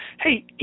hey